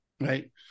right